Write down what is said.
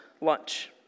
lunch